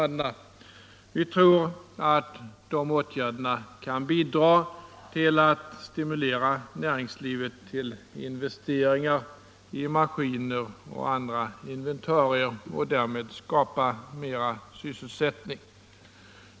Vi tror att de åtgärderna kan bidra till att stimulera näringslivet till investeringar i maskiner och andra inventarier och därmed skapa mera sysselsättning.